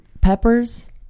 peppers